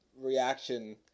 reaction